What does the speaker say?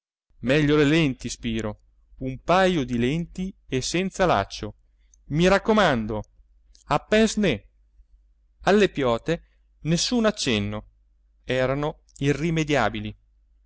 meglio le lenti spiro un pajo di lenti e senza laccio i raccomando a pincenez alle piote nessun accenno erano irrimediabili